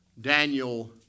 Daniel